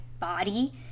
body